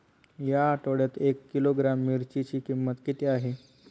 या आठवड्यात एक किलोग्रॅम मिरचीची किंमत किती आहे?